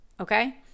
okay